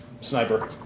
Sniper